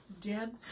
Deb